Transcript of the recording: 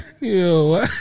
Yo